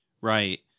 Right